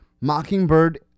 Mockingbird